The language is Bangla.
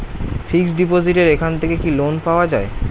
ফিক্স ডিপোজিটের এখান থেকে কি লোন পাওয়া যায়?